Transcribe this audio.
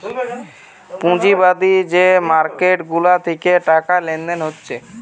পুঁজিবাদী যে মার্কেট গুলা থিকে টাকা লেনদেন হচ্ছে